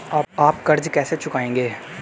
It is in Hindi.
आप कर्ज कैसे चुकाएंगे?